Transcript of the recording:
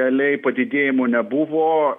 realiai padidėjimo nebuvo